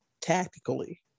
tactically